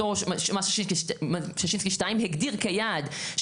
אותו מס שישנסקי 2 הגדיר כיעד,